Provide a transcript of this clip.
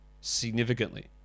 Significantly